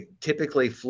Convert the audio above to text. typically